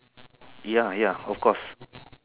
ya ya of course